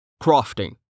Crafting